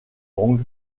wang